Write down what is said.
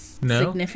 No